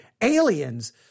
aliens